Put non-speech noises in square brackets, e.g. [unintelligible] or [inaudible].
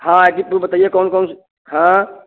हाँ जी [unintelligible] बताइए कौन कौन सी हाँ